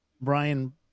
brian